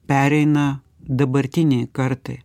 pereina dabartinei kartai